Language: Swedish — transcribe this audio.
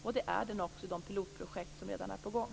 Och det är den också i de pilotprojekt som redan är på gång.